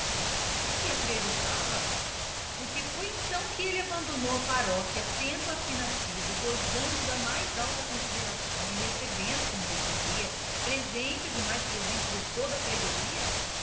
se acreditava é boa por que foi então que ele abandonou a paróquia tendo aqui nascido gozando da mais alta consideração e recebendo como recebia presentes e mais presentes de toda a freguesia